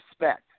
respect